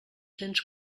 cents